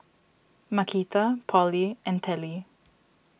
Markita Polly and Telly